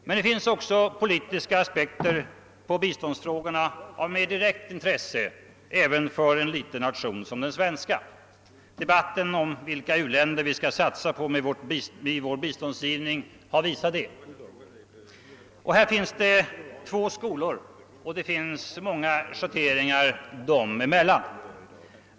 Men det finns också politiska aspekter på biståndsfrågorna av mera direkt intresse även för en liten nation som den svenska. Debatten om vilka u-länder vi skall satsa på i vår biståndsgivning har visat detta. Där finns det två skolor med många schatteringar mellan dem.